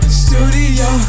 studio